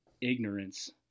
ignorance